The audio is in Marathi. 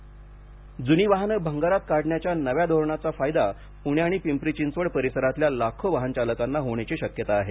वाहने भंगार जूनी वाहनं भंगारात काढण्याच्या नव्या धोरणाचा फायदा पूणं आणि पिंपरी चिंचवड परिसरातल्या लाखो वाहनचालकांना होण्याची शक्यता आहे